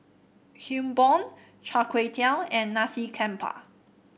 Kuih Bom Char Kway Teow and Nasi Campur